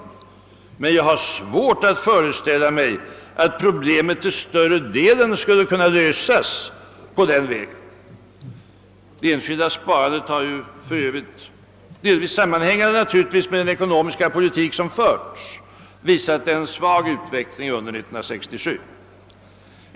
Men jag har svårt att föreställa mig att problemet till större delen skulle kunna lösas på den vägen. Det enskilda sparandet har för övrigt — vilket delvis sammanhänger med den ekonomiska politik som förts — visat en svag utveckling under 1967.